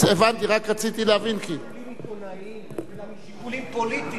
ולא משיקולים עיתונאיים אלא משיקולים פוליטיים.